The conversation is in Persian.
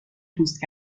پوست